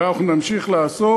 ואנחנו נמשיך לעשות.